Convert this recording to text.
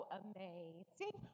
amazing